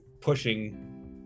pushing